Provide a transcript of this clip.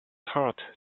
hard